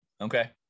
Okay